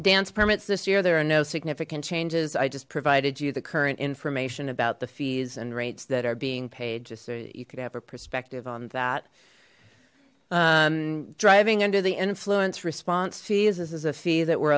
dance permits this year there are no significant changes i just provided you the current information about the fees and rates that are being paid just so you could have a perspective on that driving under the influence response fees this is a fee that were